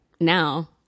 now